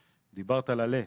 דיברת על על"ה,